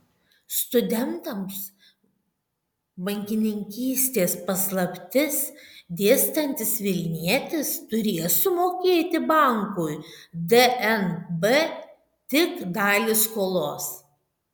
studentams bankininkystės paslaptis dėstantis vilnietis turės sumokėti bankui dnb tik dalį skolos